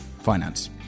finance